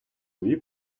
дві